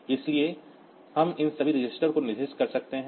इसलिए हम इन सभी रजिस्टरों को निर्दिष्ट कर सकते हैं